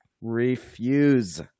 refuse